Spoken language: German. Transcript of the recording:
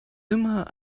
immer